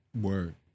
Word